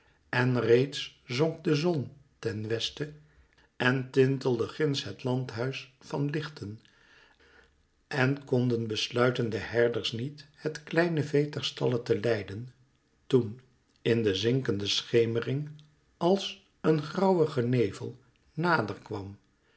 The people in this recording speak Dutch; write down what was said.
en reeds zonk de zon ten westen en tintelde ginds het landhuis van lichten en konden besluiten de herders niet het kleine vee ter stallen te leiden toen in de zinkende schemering als een grauwige nevel nader kwam